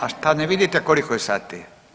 A šta ne vidite koliko je sati.